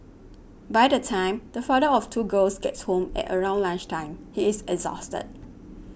by the time the father of two girls gets home at around lunch time he is exhausted